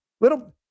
Little